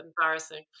embarrassing